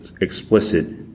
explicit